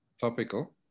topical